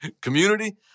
community